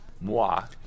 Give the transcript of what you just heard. moi